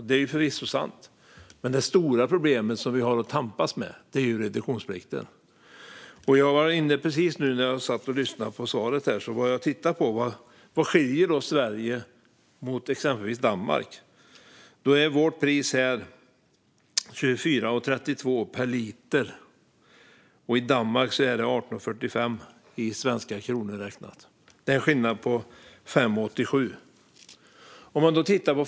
Detta är förvisso sant, men det stora problemet vi har att tampas med är reduktionsplikten. Jag tittade precis hur mycket som skiljer i pris mellan Sverige och Danmark. Vårt pris är 24,32 per liter medan det i Danmark är 18,45, omräknat till svenska kronor. Det är en skillnad på 5,87.